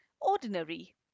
Ordinary